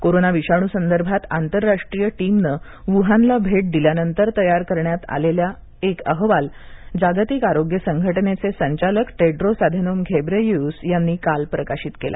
corona विषाणू संदर्भात आंतरराष्ट्रीय टीमनं वुहानला भेट दिल्यानंतर तयार करण्यात आलेल्या अहवाल जागतिक आरोग्य संघटनेचे संचालक टेड्रोस अधेनोम घेब्रेयेयुस यांनी काल प्रकाशित केला